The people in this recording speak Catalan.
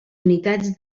unitats